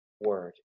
word